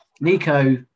Nico